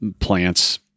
plants